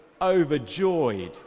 overjoyed